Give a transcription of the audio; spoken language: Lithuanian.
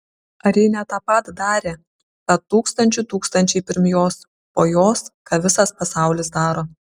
ar ji ne tą pat darė ką tūkstančių tūkstančiai pirm jos po jos ką visas pasaulis daro